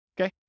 Okay